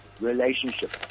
relationship